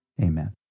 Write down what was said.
amen